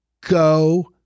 Go